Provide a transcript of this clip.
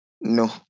No